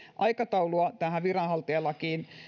aikataulua tähän viranhaltijalain